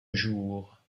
jour